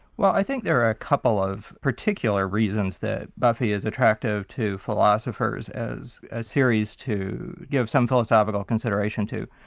well i think there are a couple of particular reasons that buffy is attractive to philosophers as a series to give some philosophical consideration to.